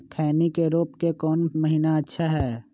खैनी के रोप के कौन महीना अच्छा है?